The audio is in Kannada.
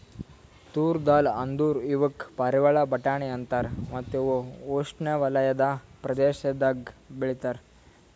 ತೂರ್ ದಾಲ್ ಅಂದುರ್ ಇವುಕ್ ಪಾರಿವಾಳ ಬಟಾಣಿ ಅಂತಾರ ಮತ್ತ ಇವು ಉಷ್ಣೆವಲಯದ ಪ್ರದೇಶದಾಗ್ ಬೆ ಳಿತಾರ್